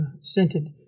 scented